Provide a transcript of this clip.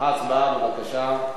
הצבעה, בבקשה.